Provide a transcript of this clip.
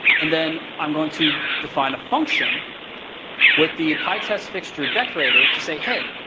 and then i'm going to define a function with the pytest fixture decorator to say, hey,